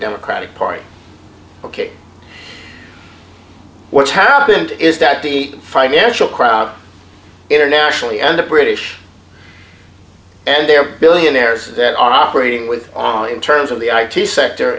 democratic party ok what's happened is that the financial crowd internationally and the british and their billionaires that are operating with in terms of the i t sector